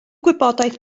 gwybodaeth